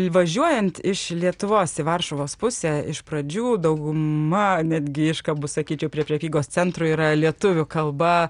įvažiuojant iš lietuvos į varšuvos pusę iš pradžių dauguma netgi iškabų sakyčiau prie prekybos centrų yra lietuvių kalba